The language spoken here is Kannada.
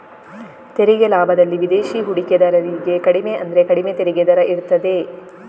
ತೆರಿಗೆ ಲಾಭದಲ್ಲಿ ವಿದೇಶಿ ಹೂಡಿಕೆದಾರರಿಗೆ ಕಡಿಮೆ ಅಂದ್ರೆ ಕಡಿಮೆ ತೆರಿಗೆ ದರ ಇರ್ತದೆ